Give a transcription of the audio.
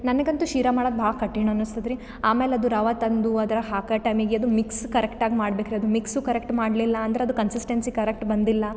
ನನಗಂತೂ ಶಿರಾ ಮಾಡೋಕ್ ಭಾಳ ಕಠಿಣ್ ಅನಿಸ್ತದ್ರಿ ಆಮೇಲೆ ಅದು ರವೆ ತಂದು ಅದ್ರ ಹಾಕೊ ಟೈಮಿಗೆ ಅದು ಮಿಕ್ಸ್ ಕರೆಕ್ಟಾಗಿ ಮಾಡಬೇಕ್ರಿ ಅದು ಮಿಕ್ಸು ಕರೆಕ್ಟ ಮಾಡಲಿಲ್ಲ ಅಂದ್ರೆ ಅದು ಕನ್ಸಿಸ್ಟೆನ್ಸಿ ಕರೆಕ್ಟ್ ಬಂದಿಲ್ಲ